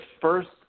first